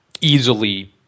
easily